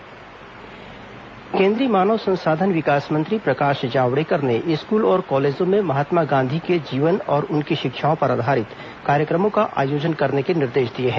प्रकाश Javadekar video conferencing केन्द्रीय मानव संसाधन विकास मंत्री प्रकाश जावड़ेकर ने स्कूल और कॉलेजों में महात्मा गांधी के जीवन और उनकी शिक्षाओं पर आधारित कार्यक्रमों का आयोजन करने के निर्देश दिए हैं